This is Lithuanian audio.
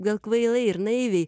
gal kvailai ir naiviai